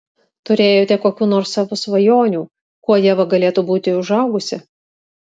turėjote kokių nors savo svajonių kuo ieva galėtų būti užaugusi